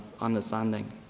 understanding